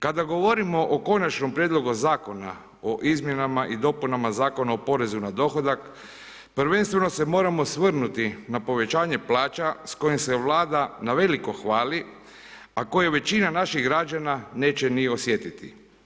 Kada govorimo o Konačnom prijedlogu Zakona o izmjenama i dopunama Zakona o porezu na dohodak prvenstveno se moram osvrnuti na povećanje plaća s kojim se Vlada naveliko hvali a koje većina naših građana neće ni osjetiti.